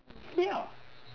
ya